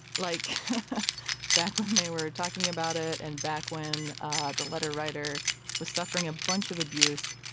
like back when they were talking about it and back when ah the letter writer was suffering a bunch of abuse.